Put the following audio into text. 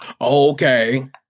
Okay